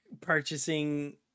purchasing